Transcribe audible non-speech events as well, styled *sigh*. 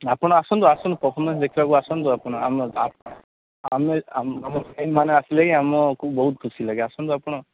ଆପଣ ଆସନ୍ତୁ ଆସନ୍ତୁ ପର୍ଫୋମାନ୍ସ ଦେଖିବାକୁ ଆସନ୍ତୁ ଆପଣ *unintelligible* ଆମ ଫ୍ୟାନ୍ ମାନେ ଆସିଲେ ହିଁ ଆମକୁ ବହୁତ ଖୁସି ଲାଗେ ଆସନ୍ତୁ ଆପଣ